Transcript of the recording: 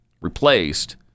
replaced